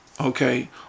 okay